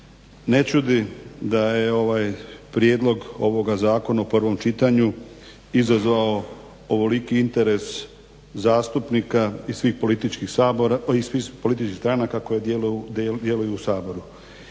Ne čudi da je ovaj prijedlog ovoga Zakona u prvom čitanju izazvao ovoliki interes zastupnika iz svih političkih stranaka koje djeluju u Saboru,